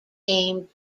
name